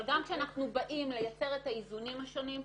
אבל גם כשאנחנו באים לייצר את האיזונים השונים,